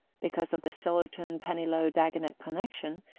because of the sillerton-pennilow-dagonet connection,